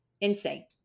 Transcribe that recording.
insane